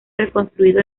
reconstruido